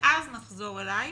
ואז נחזור אליך,